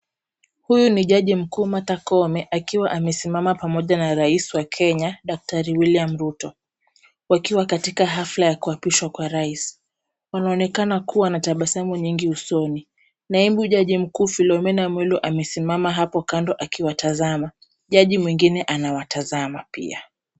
Huyu ni jaji mkuu Martha Koome akiwa amesimama pamoja na rais wa Kenya Daktari William Ruto. Wakiwa katika hafla ya kuapishwa kwa Rais. Wanaonekana kuwa na tabasamu nyingi usoni, naibu jaji mkuu Philomena Mwilu amesimama hapo kando akiwatazama. Jaji mwingine anawatazama pia.